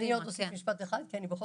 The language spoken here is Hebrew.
אני אוסיף רק עוד משפט אחד כי אני בכל